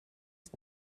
ist